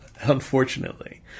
unfortunately